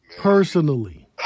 Personally